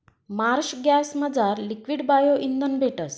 Marsh गॅसमझार liquid bio इंधन भेटस